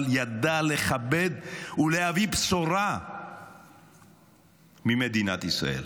אבל ידע לכבד ולהביא בשורה ממדינת ישראל.